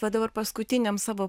va dabar paskutinėm savo